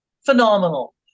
Phenomenal